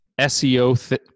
SEO